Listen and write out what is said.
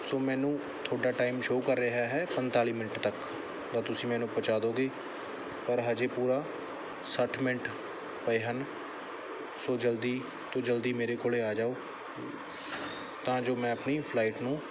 ਤੋ ਮੈਨੂੰ ਤੁਹਾਡਾ ਟਾਈਮ ਸ਼ੋ ਕਰ ਰਿਹਾ ਹੈ ਪੰਤਾਲੀ ਮਿੰਟ ਤੱਕ ਤਾਂ ਤੁਸੀਂ ਮੈਨੂੰ ਪਹੁੰਚਾ ਦਿਓਗੇ ਪਰ ਹਜੇ ਪੂਰਾ ਸੱਠ ਮਿੰਟ ਪਏ ਹਨ ਸੋ ਜਲਦੀ ਤੋਂ ਜਲਦੀ ਮੇਰੇ ਕੋਲ ਆ ਜਾਓ ਤਾਂ ਜੋ ਮੈਂ ਆਪਣੀ ਫਲਾਈਟ ਨੂੰ